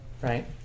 Right